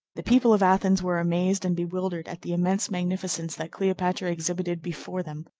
the people of athens were amazed and bewildered at the immense magnificence that cleopatra exhibited before them.